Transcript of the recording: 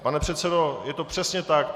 Pane předsedo, je to přesně tak.